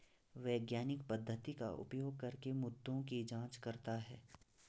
वैज्ञानिक पद्धति का उपयोग करके मुद्दों की जांच करता है